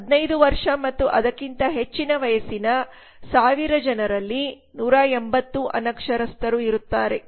15 ವರ್ಷ ಮತ್ತು ಅದಕ್ಕಿಂತ ಹೆಚ್ಚಿನ ವಯಸ್ಸಿನ 1000 ಜನರಲ್ಲಿ 180 ಅನಕ್ಷರಸ್ಥರು ಇರುತ್ತಾರೆ